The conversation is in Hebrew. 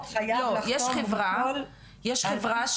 יש חברה,